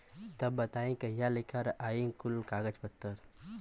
तब बताई कहिया लेके आई कुल कागज पतर?